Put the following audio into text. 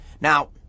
Now